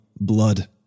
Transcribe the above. blood